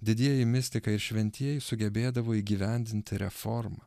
didieji mistikai ir šventieji sugebėdavo įgyvendinti reformą